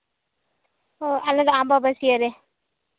ᱚ ᱟᱞᱮ ᱫᱚ ᱟᱢᱵᱟᱵᱟᱹᱥᱭᱟᱹ ᱨᱮ